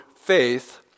faith